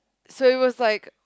so it was like